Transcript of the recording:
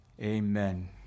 amen